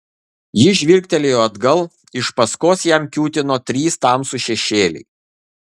jis žvilgtelėjo atgal iš paskos jam kiūtino trys tamsūs šešėliai